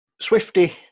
swifty